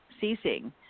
ceasing